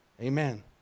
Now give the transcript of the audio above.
Amen